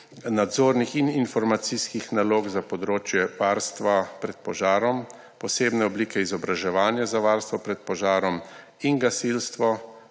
nadzornih in informacijskih nalog za področje varstva pred požarom, posebne oblike izobraževanja za varstvo pred požarom in gasilstvo,